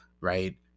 right